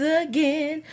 again